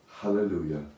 Hallelujah